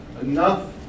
enough